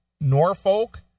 Norfolk